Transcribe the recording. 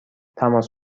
تماس